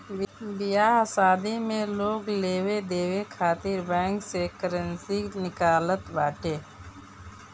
बियाह शादी में लोग लेवे देवे खातिर बैंक से करेंसी निकालत बाटे